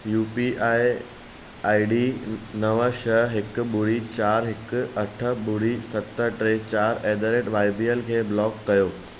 U P I I D नव छह हिकु ॿुड़ी चारि हिकु अठ ॿुड़ी सत टे चारि at the rate Y B L खे ब्लॉक